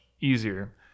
easier